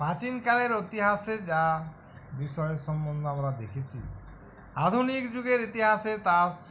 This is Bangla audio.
প্রাচীনকালের ইতিহাসে যা বিষয়ের সম্বন্ধে আমরা দেখেছি আধুনিক যুগের ইতিহাসে তাস